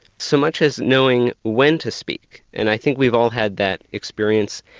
so much as knowing when to speak, and i think we've all had that experience,